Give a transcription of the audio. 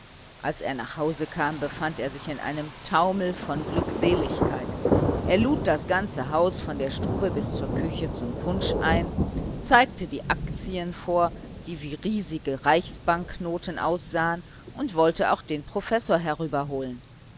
als er nach hause kam befand er sich in einem taumel von glückseligkeit er lud das ganze haus von der stube bis zur küche zum punsch ein zeigte die aktien vor die wie riesige reichsbanknoten aussahen und wollte auch den professor